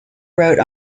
wrote